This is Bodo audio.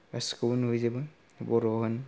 गासैखौबो नुजोबो बर' होन